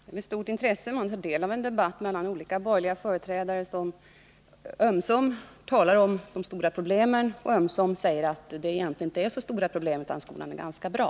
Herr talman! Med stort intresse har jag tagit del av en debatt mellan olika borgerliga företrädare, som ömsom talar om de stora problemen och ömsom säger att det egentligen inte är så stora problem, utan att allt är ganska bra.